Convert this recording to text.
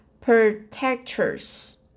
protectors